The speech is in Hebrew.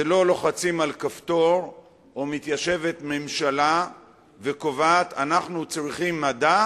זה לא שלוחצים על כפתור או מתיישבת ממשלה וקובעת: אנו צריכים מדע,